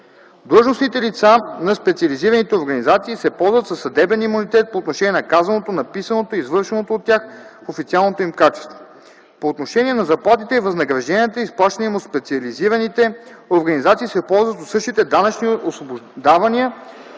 Длъжностните лица на специализираните организации се ползват със съдебен имунитет по отношение на казаното, написаното и извършеното от тях в специалното им качество; по отношение на заплатите и възнагражденията, изплащани им от специализираните организации, се ползват от същите данъчни освобождавания